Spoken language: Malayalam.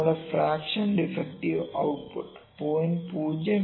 നമ്മുടെ ഫ്രാക്ഷൻ ഡിഫെക്ടിവ് ഔട്ട്പുട്ട് 0